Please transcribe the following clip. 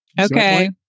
Okay